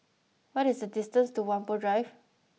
what is the distance to Whampoa Drive